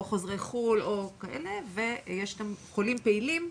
או חוזרי חו"ל או כאלה ויש גם חולים פעילים.